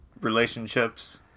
relationships